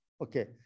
okay